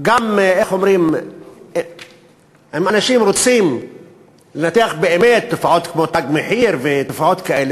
אם אנשים רוצים לנתח באמת תופעות כמו "תג מחיר" ותופעות כאלה,